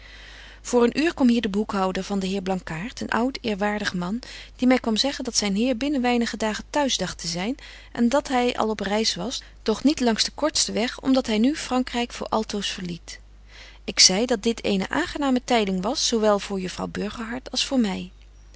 voor een uur kwam hier de boekhouder van den heer blankaart een oud eerwaardig man betje wolff en aagje deken historie van mejuffrouw sara burgerhart die my kwam zeggen dat zyn heer binnen weinig dagen t'huis dagt te zyn en dat hy al op reis was doch niet langs den kortsten weg om dat hy nu vrankryk voor altoos verliet ik zei dat dit eene aangename tyding was zo wel voor juffrouw burgerhart als voor my